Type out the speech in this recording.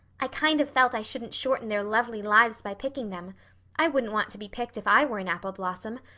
i kind of felt i shouldn't shorten their lovely lives by picking them i wouldn't want to be picked if i were an apple blossom.